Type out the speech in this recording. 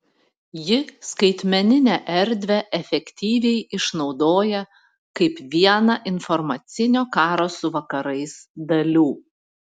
ji skaitmeninę erdvę efektyviai išnaudoja kaip vieną informacinio karo su vakarais dalių